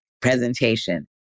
presentation